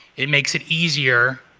it makes it easier.